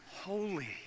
holy